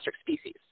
species